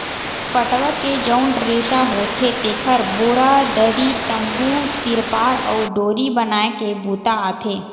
पटवा के जउन रेसा होथे तेखर बोरा, दरी, तम्बू, तिरपार अउ डोरी बनाए के बूता आथे